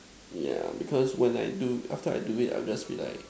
yeah because when I do after I do it I will just be like